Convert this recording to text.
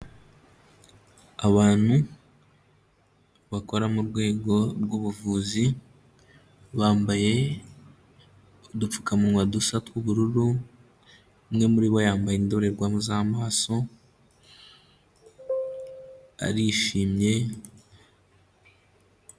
Abantu bakora mu rwego rw'ubuvuzi bambaye udupfukamunwa dusa tw'ubururu, umwe muri bo yambaye indorerwamu z'amaso arishimye.